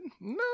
No